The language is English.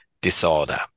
disorder